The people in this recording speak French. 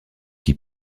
qui